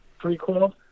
prequel